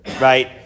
right